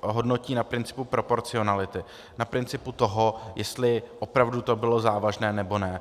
hodnotí na principu proporcionality, na principu toho, jestli opravdu to bylo závažné, nebo ne.